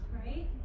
right